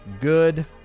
good